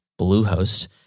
Bluehost